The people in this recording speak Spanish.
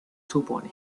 supone